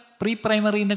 pre-primary